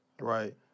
Right